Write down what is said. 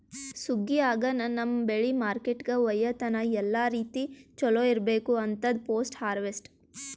ಸುಗ್ಗಿ ಆಗನ ನಮ್ಮ್ ಬೆಳಿ ಮಾರ್ಕೆಟ್ಕ ಒಯ್ಯತನ ಎಲ್ಲಾ ರೀತಿ ಚೊಲೋ ಇರ್ಬೇಕು ಅಂತದ್ ಪೋಸ್ಟ್ ಹಾರ್ವೆಸ್ಟ್